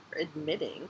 admitting